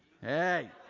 hey